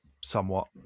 somewhat